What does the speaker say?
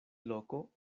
loko